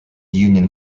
union